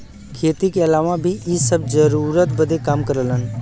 खेती के अलावा भी इ सब जरूरत बदे काम करलन